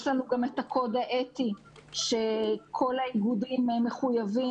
יש לנו גם את הקוד האתי שכל האיגודים מחויבים